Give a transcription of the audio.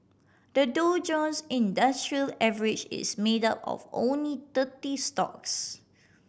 the Dow Jones Industrial Average is made up of only thirty stocks